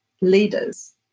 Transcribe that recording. leaders